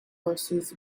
horses